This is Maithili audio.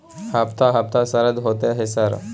हफ्ता हफ्ता शरदा होतय है सर?